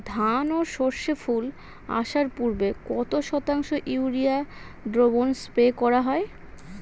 ধান ও সর্ষে ফুল আসার পূর্বে কত শতাংশ ইউরিয়া দ্রবণ স্প্রে করা হয়?